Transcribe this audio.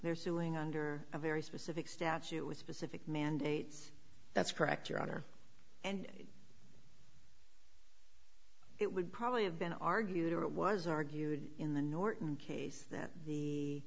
they're suing under a very specific statute with specific mandates that's correct your honor and it would probably have been argued it was argued in the norton case that the